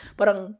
parang